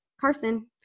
Carson